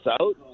out